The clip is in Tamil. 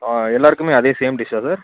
ஆ எல்லோருக்குமே அதே சேம் டிஷ்ஷா சார்